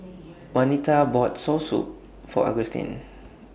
Wanita bought Soursop For Augustine